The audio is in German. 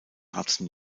hudson